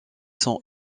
sont